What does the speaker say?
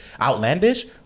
outlandish